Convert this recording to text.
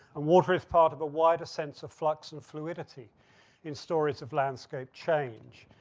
and water is part of a wider sense of flux and fluidity in stories of landscape change.